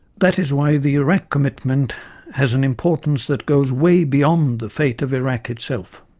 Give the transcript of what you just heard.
that is why the iraq commitment has an importance that goes way beyond the fate of iraq itself.